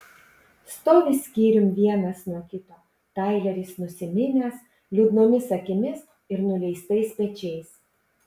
stovi skyrium vienas nuo kito taileris nusiminęs liūdnomis akimis ir nuleistais pečiais